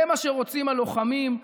זה מה שרוצים הלוחמים,